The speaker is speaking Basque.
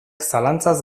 zalantzaz